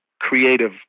creative